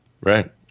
Right